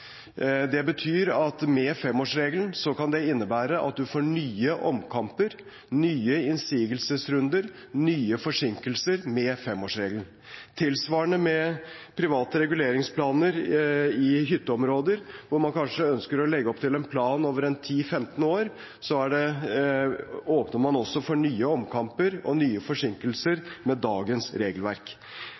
Med femårsregelen kan det innebære at du får nye omkamper, nye innsigelsesrunder, nye forsinkelser. Tilsvarende, med private reguleringsplaner i hytteområder – hvor man kanskje ønsker å legge opp til en plan over 10–15 år – åpner man også for nye omkamper og nye forsinkelser med dagens regelverk.